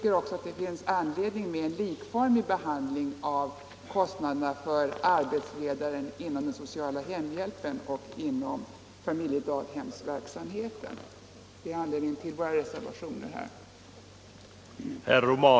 Jag tycker att det finns all anledning att ha en likformig behandling av kostnaderna för arbetsledaren inom den sociala hemhjälpen och arbetsledaren inom familjedaghemsverksamheten. Det är anledningen till våra reservationer på den här punkten.